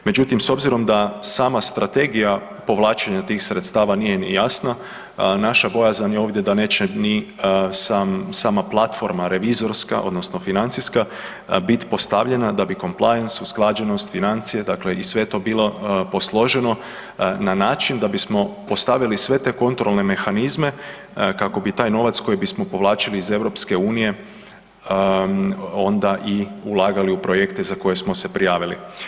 Međutim, s obzirom da sama strategija povlačenja tih sredstava nije ni jasna naša bojazan je ovdje da neće ni sama platforma revizorska odnosno financijska biti postavljena da bi compiance, usklađenost, financije dakle i sve to bilo posloženo na način da bismo postavili sve te kontrolne mehanizme kako bi taj novac koji bismo povlačili iz EU onda i ulagali u projekte za koje smo se prijavili.